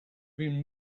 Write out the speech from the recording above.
been